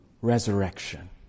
resurrection